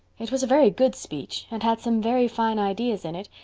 it was a very good speech and had some very fine ideas in it,